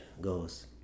goes